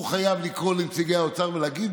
הוא חייב לקרוא לנציגי האוצר ולהגיד: